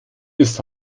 ist